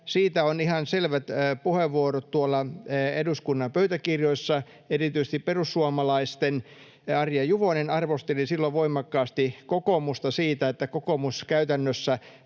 Siitä on ihan selvät puheenvuorot tuolla eduskunnan pöytäkirjoissa. Erityisesti perussuomalaisten Arja Juvonen arvosteli silloin voimakkaasti kokoomusta siitä, että kokoomus käytännössä